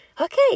Okay